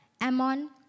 Ammon